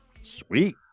Sweet